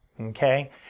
okay